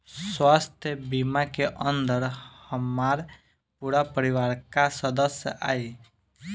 स्वास्थ्य बीमा के अंदर हमार पूरा परिवार का सदस्य आई?